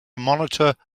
monitor